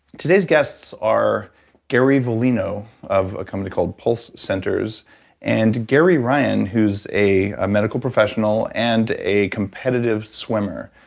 today's guests are gary volino of a company called pulse centers and gary ryan who's a a medical professional and a competitive swimmer.